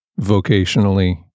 vocationally